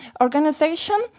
organization